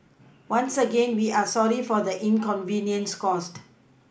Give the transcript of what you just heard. once again we are sorry for the inconvenience caused